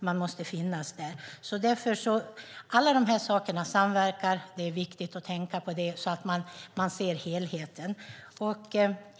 Allt detta samverkar. Det är viktigt att tänka på det så att man ser helheten.